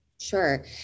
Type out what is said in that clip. Sure